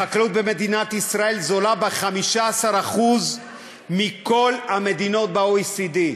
החקלאות במדינת ישראל זולה ב-15% מבכל המדינות ב-OECD.